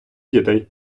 дітей